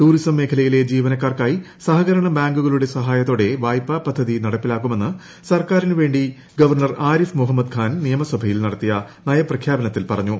tourism മേഖലയിലെ ജീവനക്കാർക്കായി സഹകരണ ബാങ്കുകളുടെ സഹായത്തോടെ വായ്പാ പദ്ധതി നടപ്പിലാക്കുമെന്ന് സർക്കാറിന് വേണ്ടി ഗവർണർ ആരിഫ് മുഹമ്മദ് ഖാൻ നിയമസഭയിൽ നടത്തിയ നയപ്രഖ്യാപനത്തിൽ പറഞ്ഞു